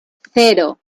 cero